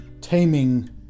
Taming